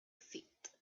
feet